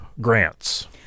grants